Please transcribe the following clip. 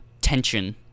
tension